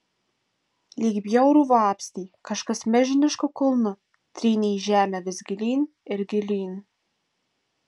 lyg bjaurų vabzdį kažkas milžinišku kulnu trynė į žemę vis gilyn ir gilyn